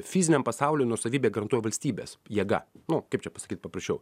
fiziniam pasauly nuosavybę garantuoja valstybės jėga nu kaip čia pasakyt paprasčiau